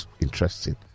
interesting